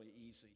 easy